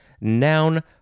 noun